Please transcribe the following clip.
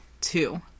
Two